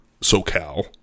SoCal